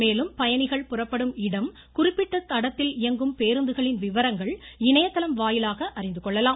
மேலும் பயணிகள் புறப்படும் இடம் குறிப்பிட்ட தடத்தில் இயங்கும் பேருந்துகளின் விவரங்களை இணையதளம் வாயிலாக அறிந்துகொள்ளலாம்